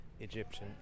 Egyptian